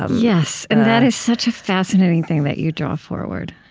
yes, and that is such a fascinating thing that you draw forward.